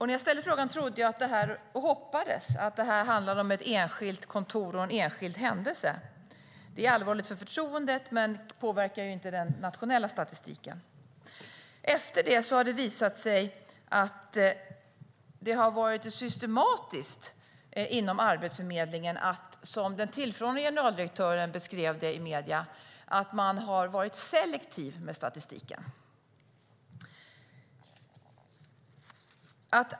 När jag ställde frågan trodde och hoppades jag att det handlade om ett enskilt kontor och en enskild händelse. Det är allvarligt för förtroendet men påverkar inte den nationella statistiken. Efter det har det visat sig att det varit systematiskt vid Arbetsförmedlingen att man, som den tillförordnade generaldirektören beskrev det i medierna, varit selektiv med statistiken.